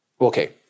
okay